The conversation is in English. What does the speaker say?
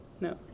No